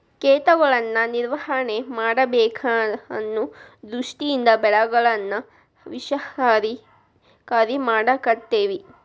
ಕೇಟಗಳನ್ನಾ ನಿರ್ವಹಣೆ ಮಾಡಬೇಕ ಅನ್ನು ದೃಷ್ಟಿಯಿಂದ ಬೆಳೆಗಳನ್ನಾ ವಿಷಕಾರಿ ಮಾಡಾಕತ್ತೆವಿ